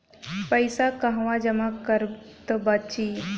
पैसा कहवा जमा करब त बची?